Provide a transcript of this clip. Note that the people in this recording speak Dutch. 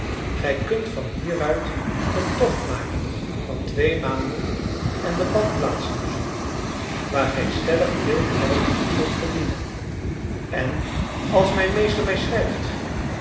gij kunt van hier uit een tocht maken van twee maanden en de badplaatsen bezoeken waar gij stellig veel geld zult verdienen en als mijn meester mij schrijft